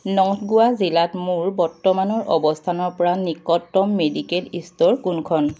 north Goa জিলাত মোৰ বৰ্তমানৰ অৱস্থানৰ পৰা নিকটতম মেডিকেল ষ্ট'ৰ কোনখন